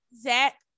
Zach